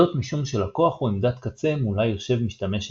זאת משום שלקוח הוא עמדת קצה מולה יושב משתמש אנושי,